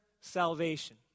salvation